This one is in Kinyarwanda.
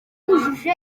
bujuje